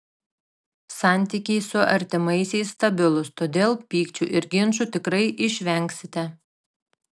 santykiai su artimaisiais stabilūs todėl pykčių ir ginčų tikrai išvengsite